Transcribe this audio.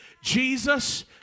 Jesus